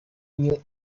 new